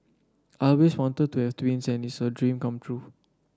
I always wanted to have twins and it's a dream come true